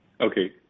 okay